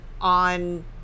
on